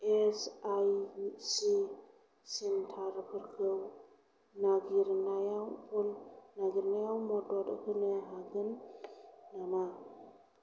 SIC सेन्टारफोरखौ नागिरनायाव नागिरनायाव मदद होनो हागोन नामा